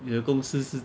你的公司是